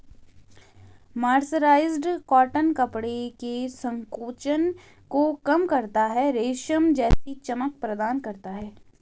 mercerised cotton कपड़े के संकोचन को कम करता है, रेशम जैसी चमक प्रदान करता है